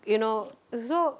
you know so